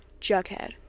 Jughead